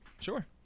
sure